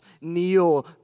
Kneel